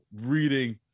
reading